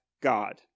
God